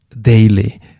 daily